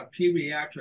pediatric